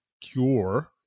cure